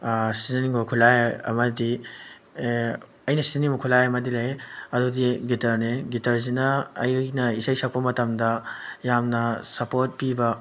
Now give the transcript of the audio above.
ꯁꯤꯖꯤꯟꯅꯅꯤꯡꯕ ꯈꯨꯠꯂꯥꯏ ꯑꯃꯗꯤ ꯑꯩꯅ ꯁꯤꯖꯤꯟꯅꯅꯤꯡꯕ ꯈꯨꯠꯂꯥꯏ ꯑꯃꯗꯤ ꯂꯩ ꯑꯗꯨꯗꯤ ꯒꯤꯇꯔꯅꯤ ꯒꯤꯇꯔꯁꯤꯅ ꯑꯩꯅ ꯏꯁꯩ ꯁꯛꯄ ꯃꯇꯝꯗ ꯌꯥꯝꯅ ꯁꯞꯄꯣꯔꯠ ꯄꯤꯕ